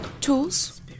Tools